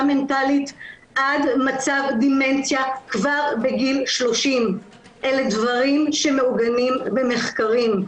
מנטלית עד מצב דמנציה כבר בגיל 30. אלה דברים שמעוגנים במחקרים.